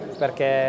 perché